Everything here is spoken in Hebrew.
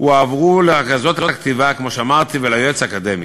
הועברו לרכזות הכתיבה, כמו שאמרתי, וליועץ האקדמי.